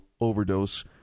overdose